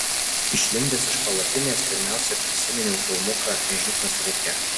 išlindęs iš palapinės pirmiausia prisiminiau filmuką ežiukas rūke